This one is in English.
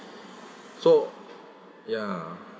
so ya